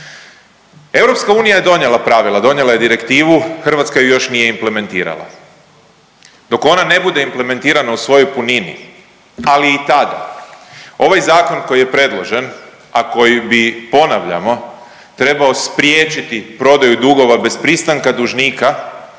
je ostao. EU je donijela pravila, donijela je direktivu, Hrvatska ju još nije implementirala. Dok ona ne bude implementirana u svojoj punini, ali i tada ovaj zakon koji je predložen, a koji bi ponavljamo trebao spriječiti prodaju dugova bez pristanka dužnika